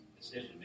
decision